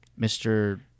mr